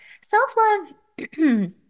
Self-love